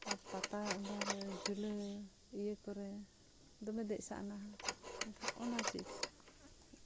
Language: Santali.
ᱟᱨ ᱯᱟᱛᱟ ᱚᱱᱟᱨᱮ ᱡᱷᱟᱹᱞᱟᱹᱭ ᱚᱱᱟᱨᱮ ᱤᱭᱟᱹ ᱠᱚᱨᱮ ᱫᱚᱢᱮ ᱫᱮᱡ ᱥᱟᱜᱱᱟᱼᱟ ᱢᱮᱱᱠᱷᱟᱱ ᱚᱱᱟ ᱪᱮᱫ